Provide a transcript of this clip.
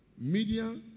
media